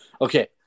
Okay